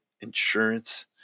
insurance